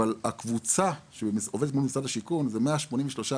אבל הקבוצה שעובדת מול משרד השיכון והבינוי מונה כ-183,000